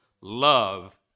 love